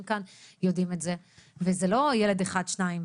כאן יודעים את זה וזה לא ילד אחד או שניים,